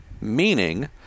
Meaning